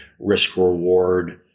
risk-reward